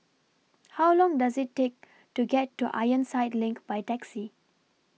How Long Does IT Take to get to Ironside LINK By Taxi